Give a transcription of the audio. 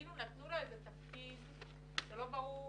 כאילו נתנו לו איזה תפקיד שלא ברור